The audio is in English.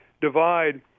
divide